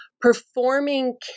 performing